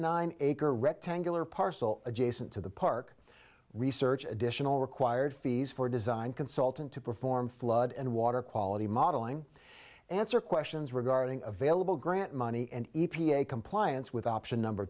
nine acre rectangular parcel adjacent to the park research additional required fees for design consultant to perform flood and water quality modeling answer questions regarding available grant money and e p a compliance with option number